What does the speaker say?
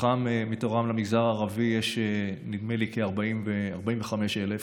מתוכם למגזר הערבי יש, נדמה לי, כ-45,000,